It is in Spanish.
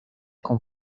con